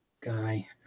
guy